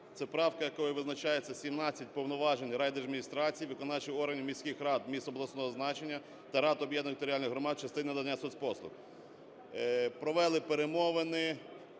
Це правка, якою визначається 17 повноважень райдержадміністрацій, виконавчих органів міських рад, міст обласного значення та рад об'єднаних територіальних громад в частині надання соцпослуг. Провели перемовини,